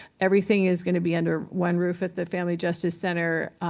everything is going to be under one roof at the family justice center.